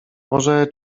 może